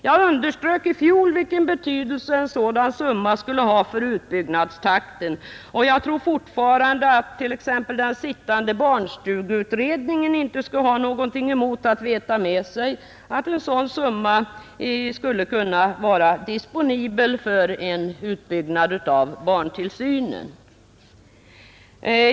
Jag underströk i fjol vilken betydelse en sådan summa skulle ha för utbyggnadstakten, och jag tror fortfarande att t.ex. den sittande barnstugeutredningen inte skulle ha någonting emot att veta med sig att en summa av denna storleksordning skulle kunna vara disponibel för en utbyggnad av barntillsynen.